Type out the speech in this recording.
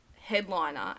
headliner